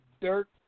dirt